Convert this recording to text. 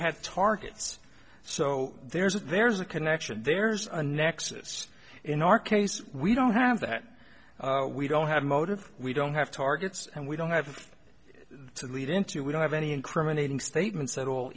had targets so there's a there's a connection there's a nexus in our case we don't have that we don't have a motive we don't have targets and we don't have the lead in to we don't have any incriminating statements at all